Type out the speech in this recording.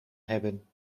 hebben